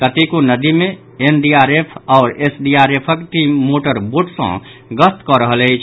कतेको नदि मे एनडीआरएफ आओर एसडीआरएफक टीम मोटर बोट सॅ गश्त कऽ रहल अछि